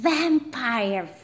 Vampire